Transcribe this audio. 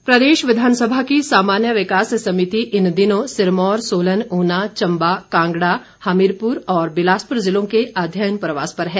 समिति प्रदेश विधानसभा की सामान्य विकास समिति इन दिनों सिरमौर सोलन ऊना चंबा कांगड़ा हमीरपुर और बिलासपुर जिलों के अध्ययन प्रवास पर है